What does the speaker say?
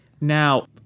Now